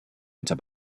into